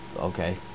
Okay